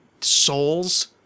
souls